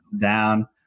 down